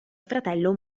fratello